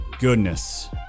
goodness